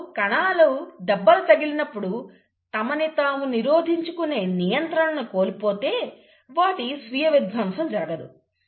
ఇప్పుడు కణాలు దెబ్బలు తగిలినప్పుడు తమని తాము నిరోధించుకునే నియంత్రణను కోల్పోతే వాటి స్వీయవిధ్వంసం జరుగదు